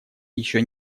еще